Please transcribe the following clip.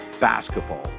Basketball